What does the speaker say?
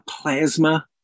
plasma